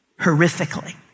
horrifically